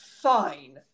fine